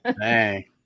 hey